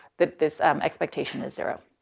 that this, um, expectation is zero.